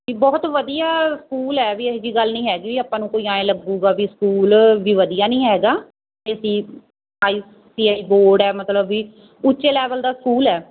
ਅਤੇ ਬਹੁਤ ਵਧੀਆ ਸਕੂਲ ਹੈ ਵੀ ਇਹੋ ਜਿਹੀ ਗੱਲ ਨਹੀਂ ਹੈਗੀ ਵੀ ਆਪਾਂ ਨੂੰ ਕੋਈ ਐਂ ਲੱਗੂਗਾ ਵੀ ਸਕੂਲ ਵੀ ਵਧੀਆ ਨਹੀਂ ਹੈਗਾ ਅਤੇ ਅਸੀਂ ਆਈ ਸੀ ਆਈ ਬੋਰਡ ਹੈ ਮਤਲਬ ਵੀ ਉੱਚੇ ਲੈਵਲ ਦਾ ਸਕੂਲ ਹੈ